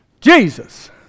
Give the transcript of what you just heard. Jesus